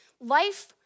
Life